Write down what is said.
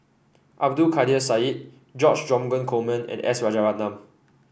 Abdul Kadir Syed George Dromgold Coleman and S Rajaratnam